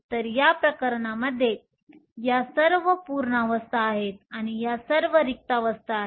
तर या प्रकरणात या सर्व पूर्ण अवस्था आहेत आणि या सर्व रिक्त अवस्था आहेत